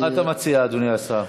אז מה אתה מציע, אדוני השר?